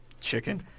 Chicken